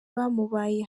bamubaye